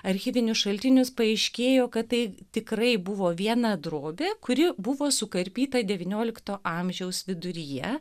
archyvinius šaltinius paaiškėjo kad tai tikrai buvo viena drobė kuri buvo sukarpyta devyniolikto amžiaus viduryje